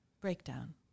breakdown